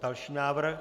Další návrh.